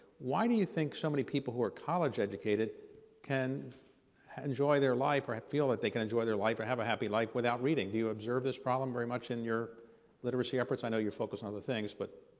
why do you think so many people who are college-educated can enjoy their life or feel that they can enjoy their life or have a happy life without reading? do you observe this problem very much in your literacy efforts? i know you're focused on those things but